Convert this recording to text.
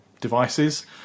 devices